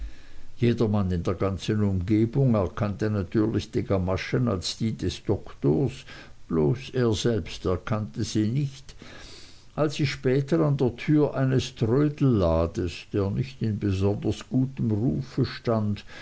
jedermann in der ganzen umgebung erkannte natürlich die gamaschen als die des doktors bloß er selbst erkannte sie nicht als sie später an der tür eines trödelladens der nicht in besonders gutem rufe stand